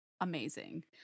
Amazing